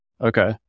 Okay